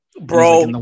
Bro